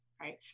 right